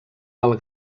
del